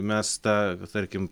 mes tą tarkim